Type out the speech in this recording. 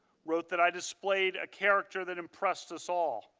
wrote that i displayed a character that impressed us all.